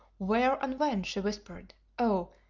where and when? she whispered. oh!